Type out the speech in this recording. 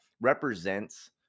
represents